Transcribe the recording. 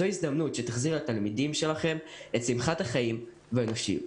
זו הזדמנות שתחזיר לתלמידים שלכם את שמחת החיים והאנושיות.